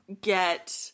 get